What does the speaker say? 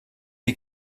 die